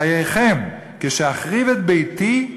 חייכם, כשאחריב את ביתי,